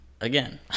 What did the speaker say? Again